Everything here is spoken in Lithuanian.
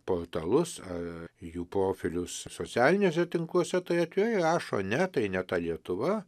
portalus ar jų profilius socialiniuose tinkluose tai atvirai rašo ne tai ne ta lietuva